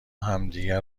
همدیگه